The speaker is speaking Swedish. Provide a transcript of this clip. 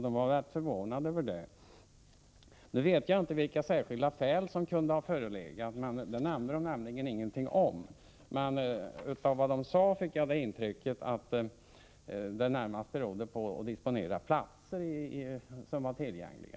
De var väldigt förvånade över detta. Jag vet inte vilka särskilda skäl som kunde ha förelegat, för det nämnde fångarna ingenting om. Av det de sade fick jag intrycket att det närmast rörde sig om att disponera de platser som var tillgängliga.